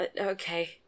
okay